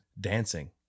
dancing